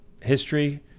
history